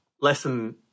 lesson